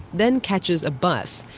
then catches a bus,